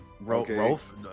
Rolf